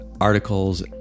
articles